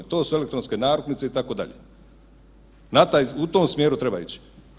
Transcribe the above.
To su elektronske narukvice itd. u tom smjeru treba ići.